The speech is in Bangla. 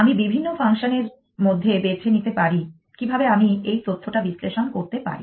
আমি বিভিন্ন ফাংশনএর মধ্যে বেছে নিতে পারি কিভাবে আমি এই তথ্যটা বিশ্লেষণ করতে পারি